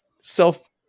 self